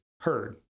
heard